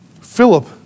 Philip